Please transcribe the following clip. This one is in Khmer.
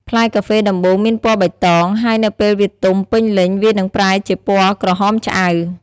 ផ្លែកាហ្វេដំបូងមានពណ៌បៃតង ហើយនៅពេលវាទុំពេញលេញវានឹងប្រែជាពណ៌ក្រហមឆ្អៅ។